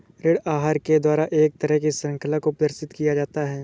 ऋण आहार के द्वारा एक तरह की शृंखला को प्रदर्शित किया जाता है